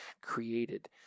created